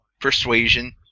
persuasion